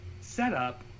setup